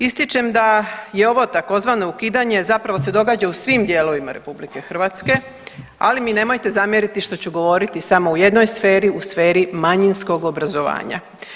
Ističem da je ovo tzv. ukidanje zapravo se događa u svim dijelovima RH, ali mi nemojte zamjeriti što ću govoriti samo u jednoj sferi, u sferi manjinskog obrazovanja.